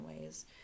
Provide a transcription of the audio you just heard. ways